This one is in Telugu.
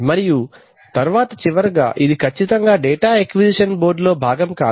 మరియు తరువాత చివరగా ఇది ఖచ్చితంగా డాటా అక్విసిషన్ బోర్డు లో భాగం కాదు